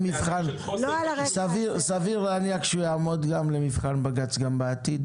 כמובן --- וסביר להניח שהוא יעמוד למבחן בג"צ גם בעתיד.